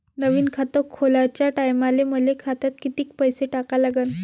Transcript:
नवीन खात खोलाच्या टायमाले मले खात्यात कितीक पैसे टाका लागन?